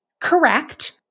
correct